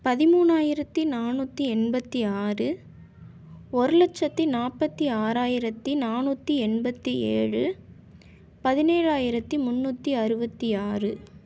பதிமூணாயிரத்தி நானூற்றி எண்பத்தியாறு ஒரு லட்சத்தி நாற்பத்தி ஆறாயிரத்தி நானூற்றி எண்பத்தி ஏழு பதினேழாயிரத்தி முன்னூற்றி அறுபத்தி ஆறு